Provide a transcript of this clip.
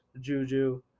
Juju